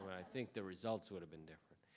i think the results would have been different.